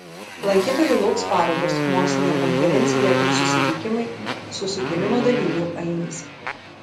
lankytojų lauks parodos mokslinė konferencija ir susitikimai su sukilimo dalyvių ainiais